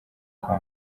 kwa